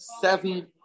seven